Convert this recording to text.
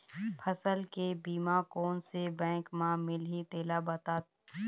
फसल के बीमा कोन से बैंक म मिलही तेला बता?